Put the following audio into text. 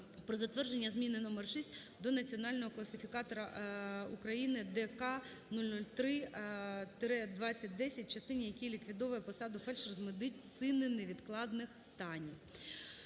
"Про затвердження Зміни № 6 до національного класифікатора України ДК 003-2010", в частині який ліквідовує посаду "фельдшер з медицини невідкладних станів".